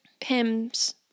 hymns